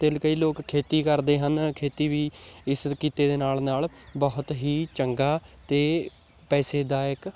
ਤਿਲ ਕਈ ਲੋਕ ਖੇਤੀ ਕਰਦੇ ਹਨ ਖੇਤੀ ਵੀ ਇਸ ਕਿੱਤੇ ਦੇ ਨਾਲ ਨਾਲ ਬਹੁਤ ਹੀ ਚੰਗਾ ਅਤੇ ਪੈਸੇਦਾਇਕ